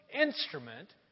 instrument